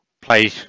play